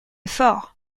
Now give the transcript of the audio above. fort